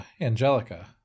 angelica